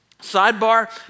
sidebar